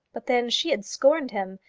but then she had scorned him.